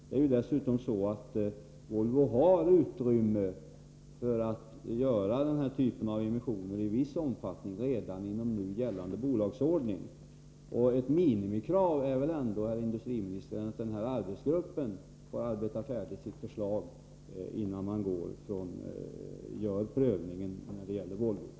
Det är dessutom så att Volvo har utrymme för att göra denna typ av emissioner i viss omfattning redan inom nu gällande bolagsordning. Ett minimikrav är väl ändå, herr industriminister, att denna arbetsgrupp får arbeta färdigt med sitt förslag innan prövningen när det gäller Volvo görs.